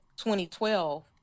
2012